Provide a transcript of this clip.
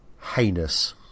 heinous